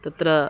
तत्र